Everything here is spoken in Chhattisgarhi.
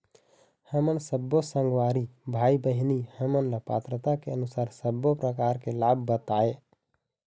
हमन सब्बो संगवारी भाई बहिनी हमन ला पात्रता के अनुसार सब्बो प्रकार के लाभ बताए?